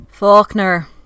Faulkner